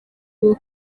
bwo